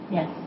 Yes